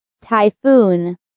Typhoon